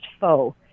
foe